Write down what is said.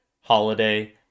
holiday